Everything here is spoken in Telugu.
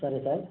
సరే సార్